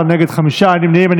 בעד, 14, נגד, חמישה, אין נמנעים.